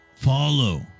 Follow